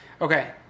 Okay